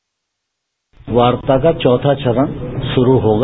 bite वार्ता का चौथा चरण शुरू होगा